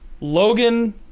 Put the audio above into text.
Logan